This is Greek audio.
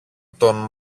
τον